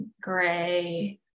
gray